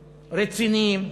רציניים,